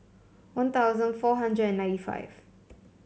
One Thousand four hundred and ninety five